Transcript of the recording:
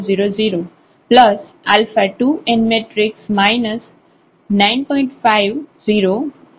5 0 4 0